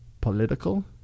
political